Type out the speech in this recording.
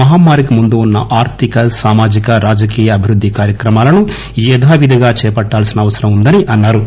మహమ్మారికి ముందు ఉన్న ఆర్థిక సామాజిక రాజకీయ అభివృద్ది కార్యక్రమాలను యధావిధిగా చేపట్టాల్సిన అవసరం ఉందని అన్నారు